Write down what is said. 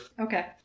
okay